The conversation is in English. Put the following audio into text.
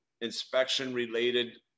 inspection-related